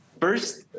First